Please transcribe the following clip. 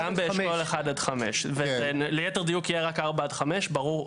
וגם באשכול 1 עד 5. זה ליתר דיוק יהיה רק 4 עד 5. ברור,